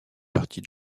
partie